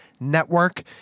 Network